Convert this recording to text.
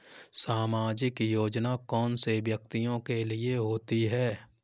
सामाजिक योजना कौन से व्यक्तियों के लिए होती है?